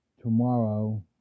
tomorrow